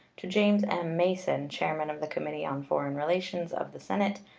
to james m. mason, chairman of the committee on foreign relations of the senate,